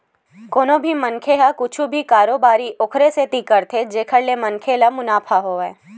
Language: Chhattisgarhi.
कोनो भी मनखे ह कुछु भी कारोबारी ओखरे सेती करथे जेखर ले मनखे ल मुनाफा होवय